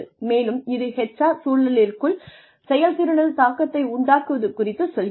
மேலும் இது HR சுழற்சிக்குள் செயல்திறனில் தாக்கத்தை உண்டாக்குவது குறித்துச் சொல்கிறது